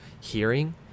hearing